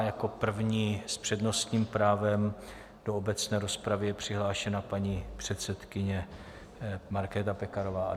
Jako první s přednostním právem do obecné rozpravy je přihlášena paní předsedkyně Markéta Pekarová Adamová.